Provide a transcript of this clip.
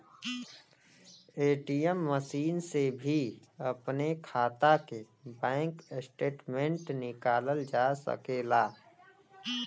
ATM machine से भी अपने खाता के बैंक स्टेटमेंट निकालल जा सकेला